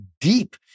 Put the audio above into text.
deep